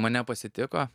mane pasitiko